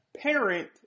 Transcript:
parent